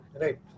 right